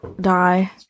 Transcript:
die